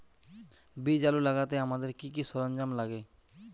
বীজ আলু লাগাতে আমাদের কি কি সরঞ্জাম লাগে?